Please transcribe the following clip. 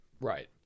right